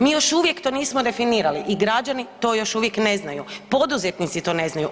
Mi još uvijek to nismo definirali i građani to još uvijek ne znaju, poduzetnici to ne znaju.